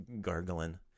gargling